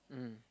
mmhmm